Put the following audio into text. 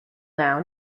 now